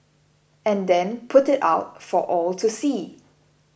and then put it out for all to see